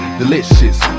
delicious